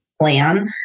plan